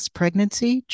pregnancy